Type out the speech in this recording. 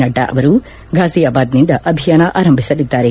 ನಡ್ಡಾ ಅವರು ಘಾಜಿಯಾಬಾದ್ನಿಂದ ಅಭಿಯಾನ ಆರಂಭಿಸಲಿದ್ದಾರೆ